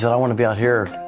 and i want to be out here.